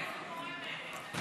מתי זה קורה באמת?